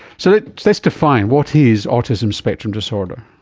so let's define what is autism spectrum disorder.